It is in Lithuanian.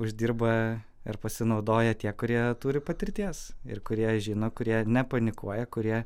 uždirba ir pasinaudoja tie kurie turi patirties ir kurie žino kurie nepanikuoja kurie